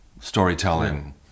storytelling